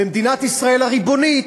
במדינת ישראל הריבונית,